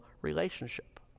relationship